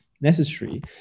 necessary